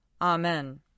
Amen